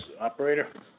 operator